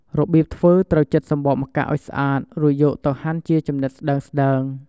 របៀបធ្វើត្រូវចិតសំបកម្កាក់ឱ្យស្អាត រួចយកទៅហាន់ជាចំណិតស្តើងៗ។